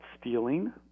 stealing